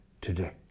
today